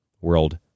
World